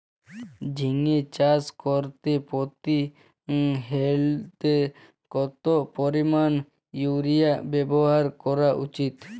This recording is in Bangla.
ঝিঙে চাষ করতে প্রতি হেক্টরে কত পরিমান ইউরিয়া ব্যবহার করা উচিৎ?